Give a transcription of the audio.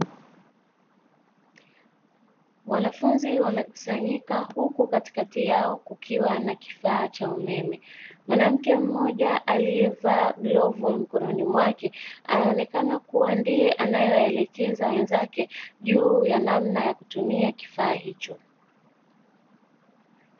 Wanafunzi wamekusanyika huku katikati yao kukiwa na kifaa cha umeme, mwanamke mmoja aliyevaa glavu mkononi mwake, anaonekana kuwa ndiye anayaelekeza wenzake juu ya namna ya kutumia kifaa hicho.